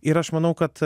ir aš manau kad